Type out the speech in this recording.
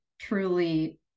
truly